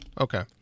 Okay